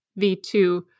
V2